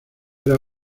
era